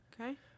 Okay